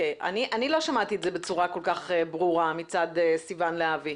אני לא שמעתי את זה בצורה כל כך ברורה מצד סיון להבי.